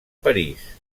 parís